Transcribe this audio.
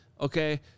Okay